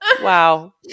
Wow